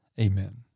Amen